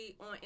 on